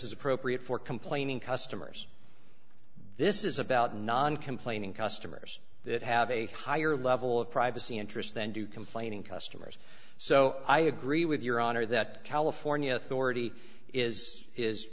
is appropriate for complaining customers this is about non complaining customers that have a higher level of privacy interest then do complaining customers so i agree with your honor that california